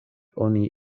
oni